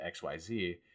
XYZ